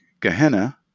Gehenna